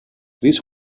this